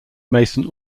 mason